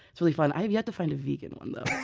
it's really fun. i have yet to find a vegan one, though.